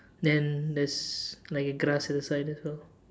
then there's like a grass at the side as well